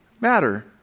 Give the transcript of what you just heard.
matter